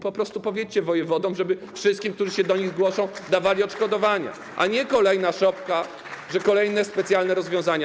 Po prostu powiedzcie wojewodom, żeby wszystkim, którzy się do nich zgłoszą, dawali odszkodowania, a nie: kolejna szopka, kolejne specjalne rozwiązania.